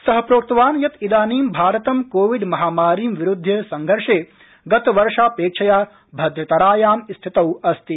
सः प्रोक्तवान् यत् इदानीं भारतम् कोविड महामारीं विरूध्य संघर्षे गतवर्षापक्षेया भद्रतरायां स्थितौ अस्ति